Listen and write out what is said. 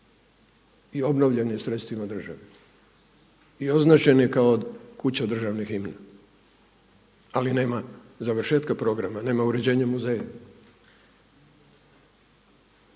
i obnovljen je sredstvima države i označen je kao kuća državne himne. Ali nema završetka programa, nema uređenja muzeja.